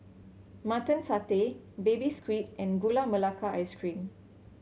Mutton Satay Baby Squid and Gula Melaka Ice Cream